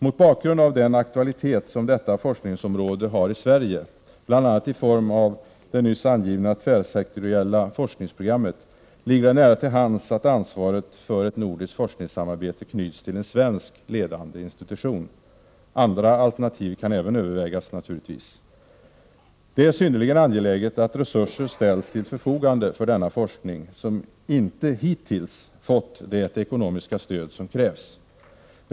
Mot bakgrund av den aktualitet som detta forskningsområde har i Sverige, bl.a. i form av det nyss angivna tvärsektoriella forskningsprogrammet, ligger det nära till hands att ansvaret för ett nordiskt forskningssamarbete knyts till en svensk ledande institution. Andra alternativ kan naturligtvis även övervägas. Det är synnerligen angeläget att resurser ställs till förfogande för denna forskning, som inte hittills fått det ekonomiska stöd som krävs.